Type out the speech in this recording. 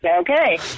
okay